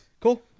Cool